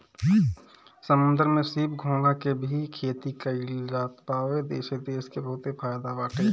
समुंदर में सीप, घोंघा के भी खेती कईल जात बावे एसे देश के बहुते फायदा बाटे